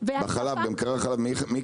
יש